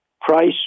price